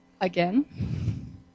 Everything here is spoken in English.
again